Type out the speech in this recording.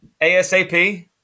ASAP